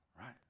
Right